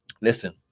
listen